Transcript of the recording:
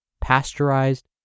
pasteurized